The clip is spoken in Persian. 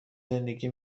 زندگی